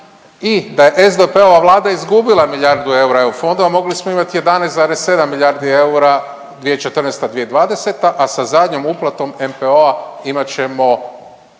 i da je SDP-ova Vlada izgubila milijardu eura EU fondova, mogli smo imati 11,7 milijardi eura 2014.-2020., a sa zadnjom uplatom NPOO-a imat ćemo